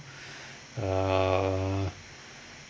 uh